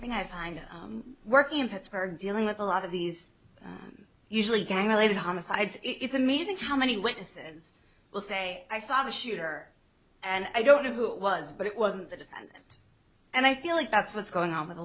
thing i find working in pittsburgh dealing with a lot of these usually gang related homicides it's amazing how many witnesses will say i saw the shooter and i don't know who it was but it was and i feel like that's what's going on with a